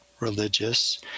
religious